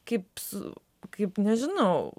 kaip su kaip nežinau